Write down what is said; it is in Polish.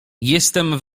jestem